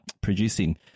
producing